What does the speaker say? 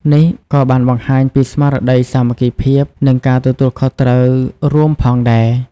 នេះក៏បានបង្ហាញពីស្មារតីសាមគ្គីភាព និងការទទួលខុសត្រូវរួមផងដែរ ។